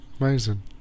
amazing